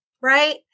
right